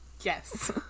Yes